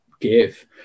give